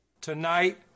Tonight